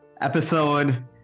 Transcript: episode